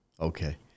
Okay